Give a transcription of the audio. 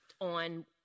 on